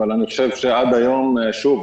אבל אני חושב שעד היום שוב,